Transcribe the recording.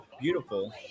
beautiful